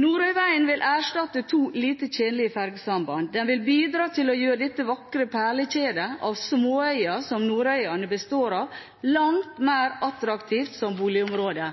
Nordøyvegen vil erstatte to lite tjenlige fergesamband. Den vil bidra til å gjøre det vakre perlekjedet av småøyer som Nordøyane består av, langt mer attraktivt som boligområde.